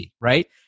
right